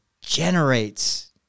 generates